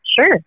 Sure